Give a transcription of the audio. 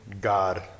God